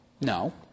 No